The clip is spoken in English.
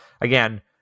again